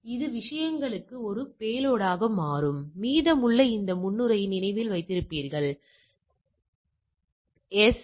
எனவே இது விஷயங்களுக்கு ஒரு பேலோடாக மாறும் மீதமுள்ள இந்த முன்னுரையை நினைவில் வைத்திருப்பீர்கள் எஸ்